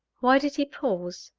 why did he pause?